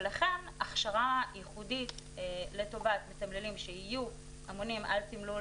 ולכן הכשרה ייחודית לטובת מתמללים שיהיו אמונים על תמלול